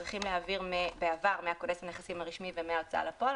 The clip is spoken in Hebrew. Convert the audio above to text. צריכים להעביר בעבר מכונס הנכסים הרשמי ומההוצאה לפועל.